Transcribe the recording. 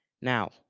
Now